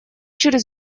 через